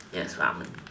yes ramen